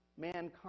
mankind